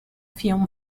film